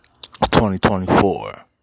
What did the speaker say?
2024